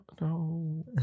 no